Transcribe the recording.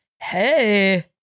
Hey